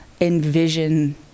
envision